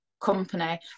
company